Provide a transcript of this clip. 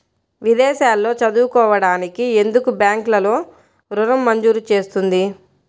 విదేశాల్లో చదువుకోవడానికి ఎందుకు బ్యాంక్లలో ఋణం మంజూరు చేస్తుంది?